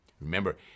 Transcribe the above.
Remember